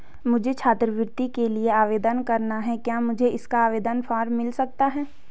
मुझे छात्रवृत्ति के लिए आवेदन करना है क्या मुझे इसका आवेदन फॉर्म मिल सकता है?